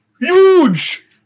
Huge